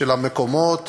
של המקומות